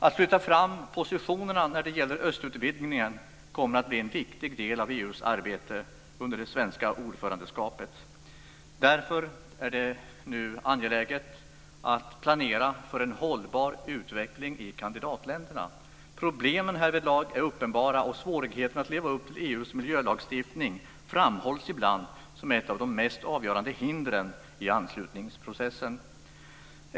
Att flytta fram positionerna när det gäller östutvidgningen kommer att bli en viktig del av EU:s arbete under det svenska ordförandeskapet. Därför är det nu angeläget att planera för en hållbar utveckling i kandidatländerna. Problemen härvidlag är uppenbara, och svårigheten att leva upp till EU:s miljölagstiftning framhålls ibland som ett av de mest avgörande hindren i anslutningsprocessen.